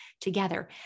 together